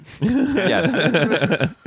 Yes